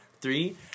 Three